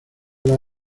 las